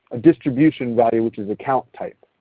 a distribution value which is a count type.